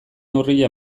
neurria